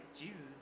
Jesus